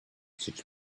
teach